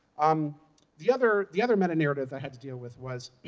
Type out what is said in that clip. um the other the other metanarrative that had to deal with was,